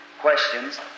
questions